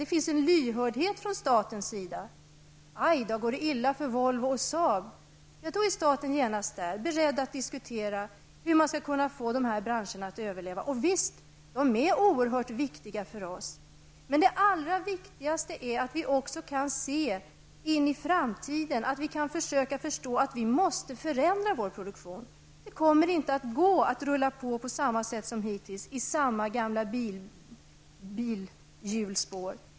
Det finns en lyhördhet från statens sida. Aj då, går det illa för Volvo och SAAB? Då är staten genast beredd att diskutera hur man skall kunna få de här branscherna att överleva. Och visst är de oerhört viktiga för oss, men det allra viktigaste är att vi också kan se in i framtiden, att vi försöker förstå att vi måste förändra vår produktion. Det kommer inte att gå att rulla på i samma gamla bilhjulsspår.